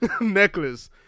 necklace